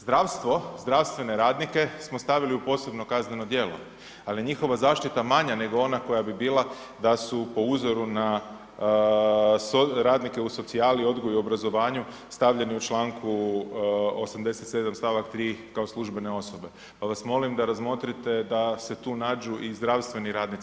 Zdravstvo, zdravstvene radnike smo stavili u posebno kazneno djelo, ali njihova zaštita je manja nego ona koja bi bila da su po uzoru na radnike u socijali, odgoju i obrazovanju stavljeni u čl. 87. st. 3 kao službene osobe pa vas molim da razmotrite da se tu nađu i zdravstveni radnici.